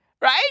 right